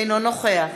אינו נוכח